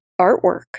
artwork